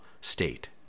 state